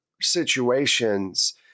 situations